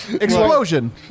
explosion